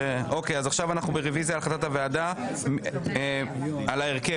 עכשיו אנחנו ברביזיה על החלטת הוועדה, על ההרכב.